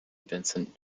vincent